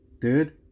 dude